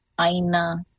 Aina